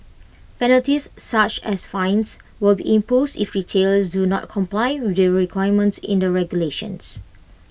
penalties such as fines will be imposed if retailers do not comply with their requirements in the regulations